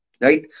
Right